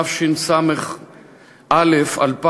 התשס"א 2000,